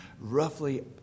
Roughly